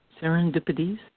serendipities